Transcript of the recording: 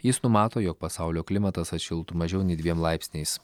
jis numato jog pasaulio klimatas atšiltų mažiau nei dviem laipsniais